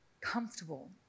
comfortable